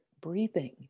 breathing